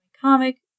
comic